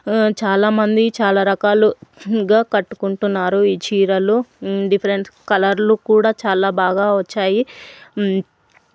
చాలా మంది చాలా రకాలుగా కట్టుకుంటున్నారు ఈ చీరలు డిఫరెంట్ కలర్లు కూడా చాలా బాగా వచ్చాయి